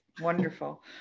Wonderful